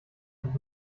nicht